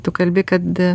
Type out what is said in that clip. tu kalbi kad